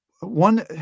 one